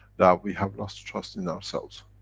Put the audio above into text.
that we have lost trust in ourselves.